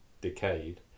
decayed